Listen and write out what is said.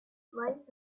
light